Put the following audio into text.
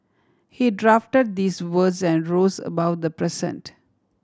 he draft these words and rose above the present